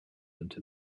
into